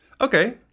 Okay